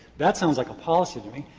that sounds like a policy to me.